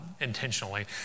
intentionally